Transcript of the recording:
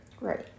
Right